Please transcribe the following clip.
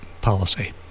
policy